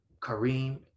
kareem